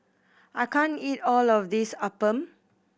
I can't eat all of this appam